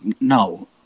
No